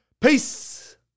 Peace